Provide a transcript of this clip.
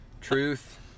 Truth